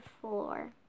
floor